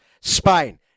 Spain